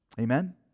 Amen